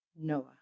Noah